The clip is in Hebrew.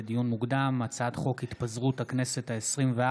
לדיון מוקדם: הצעת חוק התפזרות הכנסת העשרים-וארבע,